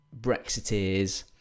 Brexiteers